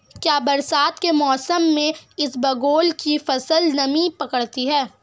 क्या बरसात के मौसम में इसबगोल की फसल नमी पकड़ती है?